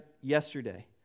yesterday